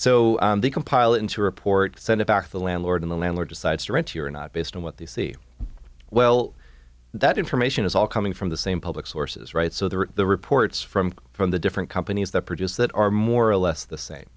so they compile it into a report send it back to the landlord and the landlord decides to rent you are not based on what they see well that information is all coming from the same public sources right so that the reports from from the different companies that produce that are more or less the same